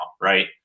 right